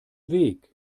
weg